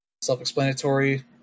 Self-explanatory